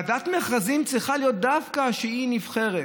ועדת מכרזים צריכה להיות דווקא נבחרת,